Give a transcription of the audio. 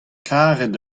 karet